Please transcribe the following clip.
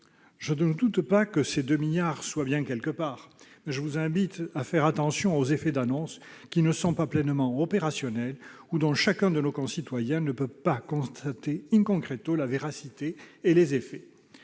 Je ne doute pas que ces 2 milliards soient bien quelque part ... Je vous invite à faire attention aux effets d'annonce qui ne sont pas pleinement opérationnels ou dont chacun de nos concitoyens ne peut constater la véracité et les effets.